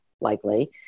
likely